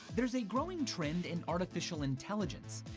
there's a growing trend in artificial intelligence.